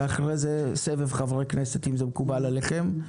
ואחרי זה סבב חברי כנסת, אם זה מקובל עליכם.